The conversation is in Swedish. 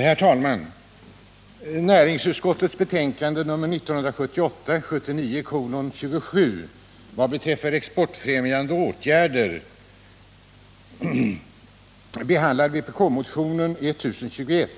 Herr talman! Näringsutskottets betänkande 1978/79:27, som bl.a. gäller exportfrämjande åtgärder, behandlar vpk-motionen 1021.